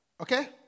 okay